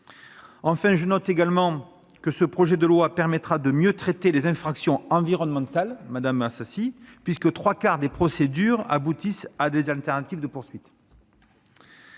enquête. Je note également que ce projet de loi permettra de mieux traiter les infractions environnementales, madame Assassi, puisque trois quarts des procédures aboutissent à des alternatives aux poursuites.